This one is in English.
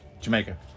Jamaica